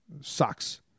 sucks